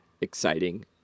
exciting